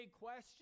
question